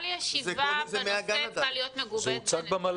כל ישיבה בנושא צריכה להיות מגובה בנתונים.